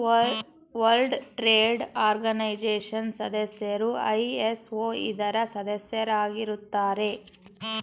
world trade organization ಸದಸ್ಯರು ISO ಇದರ ಸದಸ್ಯರಾಗಿರುತ್ತಾರೆ